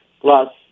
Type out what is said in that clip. Plus